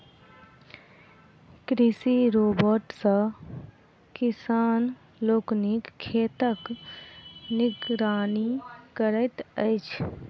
कृषि रोबोट सॅ किसान लोकनि खेतक निगरानी करैत छथि